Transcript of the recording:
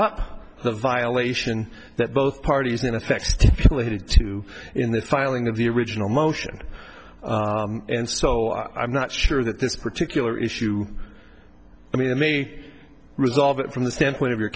up the violation that both parties in effect stipulated to in the filing of the original motion and so i'm not sure that this particular issue i mean they may resolve it from the standpoint of your